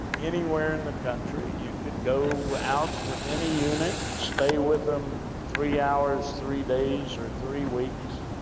anywhere in the country. you could go out with any unit, stay with them three hours, three days, or three weeks.